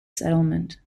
settlement